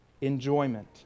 enjoyment